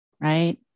right